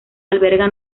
alberga